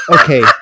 Okay